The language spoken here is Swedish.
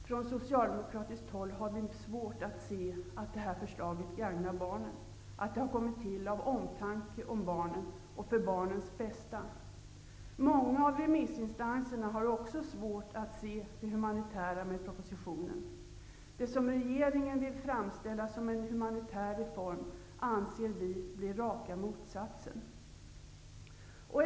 Från socialdemokratiskt håll har vi svårt att se att förslaget gagnar barnen, att det har tillkommit av omtanke om barnen och för barnens bästa. Många av remissinstanserna har också svårt att se det humanitära med propositionen. Det som regeringen ville framställa som en humanitär reform anser vi blir raka motsatsen.